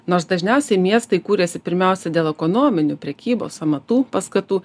nors dažniausiai miestai kūrėsi pirmiausia dėl ekonominių prekybos amatų paskatų